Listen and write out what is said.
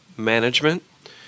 management